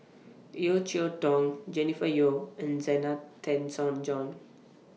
Yeo Cheow Tong Jennifer Yeo and Zena Tessensohn John